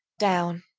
down,